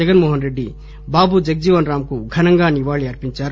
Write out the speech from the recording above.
జగన్మోహనరెడ్డి బాబూ జగజ్జీవన్ రామ్ కు ఘనంగా నివాళులర్పించారు